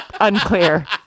Unclear